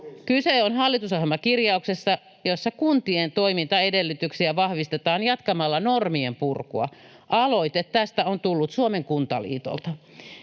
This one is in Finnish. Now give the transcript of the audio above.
Kyse on hallitusohjelmakirjauksesta, jossa kuntien toimintaedellytyksiä vahvistetaan jatkamalla normien purkua. Aloite tästä on tullut Suomen Kuntaliitolta.